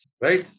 right